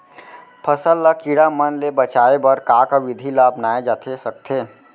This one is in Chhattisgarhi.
फसल ल कीड़ा मन ले बचाये बर का का विधि ल अपनाये जाथे सकथे?